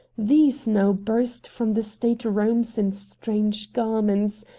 these now burst from the state-rooms in strange garments,